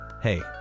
hey